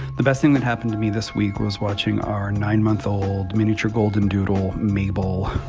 the best thing that happened to me this week was watching our nine month old miniature goldendoodle, mabel,